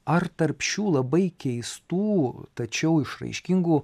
ar tarp šių labai keistų tačiau išraiškingų